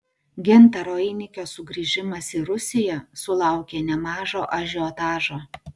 gintaro einikio sugrįžimas į rusiją sulaukė nemažo ažiotažo